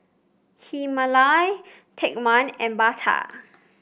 Himalaya Take One and Bata